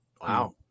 Wow